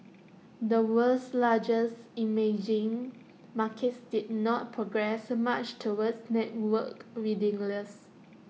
the world's largest emerging markets did not progress much towards networked readiness